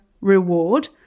reward